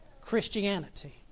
Christianity